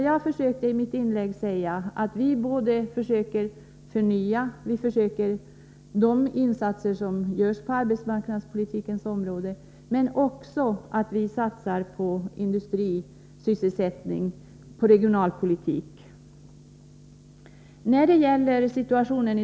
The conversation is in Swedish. Jag ville i mitt inlägg säga att vi försöker förnya genom insatser på arbetsmarknadspolitikens område och även satsa på industrisysselsättningen och regionalpolitiken.